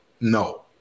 No